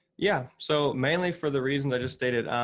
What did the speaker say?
yeah so mainly for the reason i just stated.